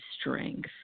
strength